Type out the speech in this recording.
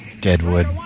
Deadwood